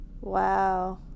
Wow